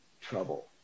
trouble